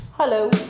Hello